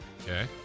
Okay